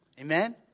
Amen